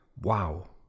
wow